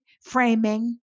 framing